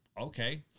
okay